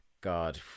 God